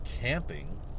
camping